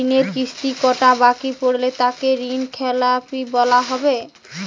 ঋণের কিস্তি কটা বাকি পড়লে তাকে ঋণখেলাপি বলা হবে?